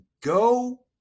go